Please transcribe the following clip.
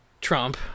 Trump